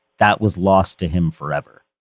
that was lost to him forever